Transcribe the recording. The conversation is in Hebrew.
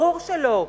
ברור שלא.